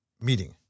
meeting